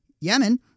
Yemen